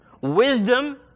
wisdom